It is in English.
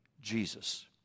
Jesus